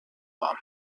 war